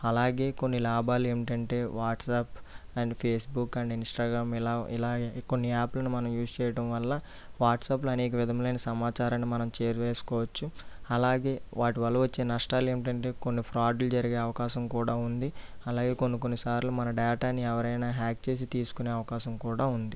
అలాగే కొన్ని లాభాలు ఏంటంటే WhatsApp and Facebook and Instagram ఇలా ఇలాకొన్ని యాప్లను మనం యూస్ చేయడం వల్ల వాట్సాప్లో అనేక విధంలైన సమాచారాన్ని మనం చేరవేసుకోవచ్చు అలాగే వాటి వల్ల వచ్చే నష్టాలు ఏంటంటే కొన్ని ఫ్రాడ్లు జరిగే అవకాశం కూడా ఉంది అలాగే కొన్ని కొన్ని సార్లు మన డేటాను ఎవరైనా హ్యాక్ చేసి తీసుకునే అవకాశం కూడా ఉంది